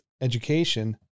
education